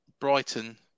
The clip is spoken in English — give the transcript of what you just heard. Brighton